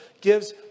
gives